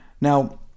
Now